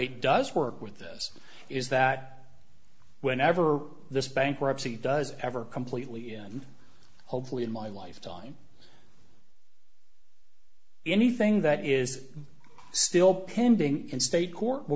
eight does work with this is that whenever this bankruptcy does ever completely in hopefully in my lifetime anything that is still pending in state court will